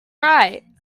right